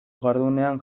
jardunean